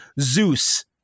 Zeus